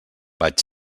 vaig